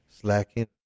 slacking